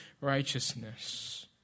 righteousness